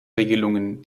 regelungen